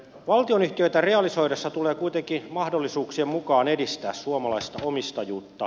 valtionyhtiöitä realisoidessa tulee kuitenkin mahdollisuuksien mukaan edistää suomalaista omistajuutta